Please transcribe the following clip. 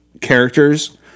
characters